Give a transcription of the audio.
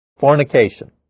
fornication